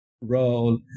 role